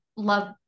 love